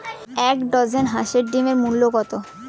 এক ডজন হাঁসের ডিমের মূল্য কত?